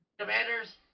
Commanders